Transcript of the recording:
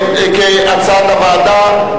כהצעת הוועדה?